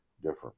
Different